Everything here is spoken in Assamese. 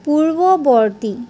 পূৰ্ৱবৰ্তী